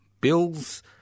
bills